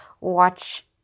watch